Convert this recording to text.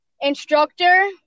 instructor